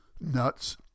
nuts